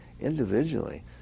individually